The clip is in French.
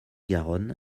garonne